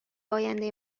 آینده